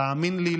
תאמין לי,